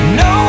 no